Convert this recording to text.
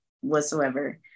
whatsoever